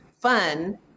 fun